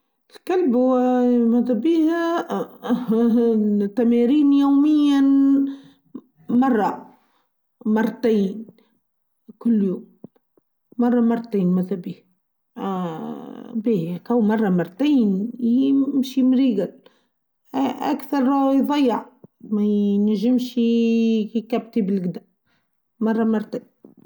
الكلب مادو بيها اا ههه تمارين يوميا مره ، مرتين ، كل يوم ماره مرتين ماتبين ااا بيا هاكو مره مرتين يمشي مريجل أكثر رو يظيع ما ينجمشي هيكا بتبلجدا مره مرتين.